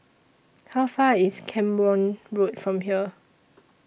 How Far IS Camborne Road from here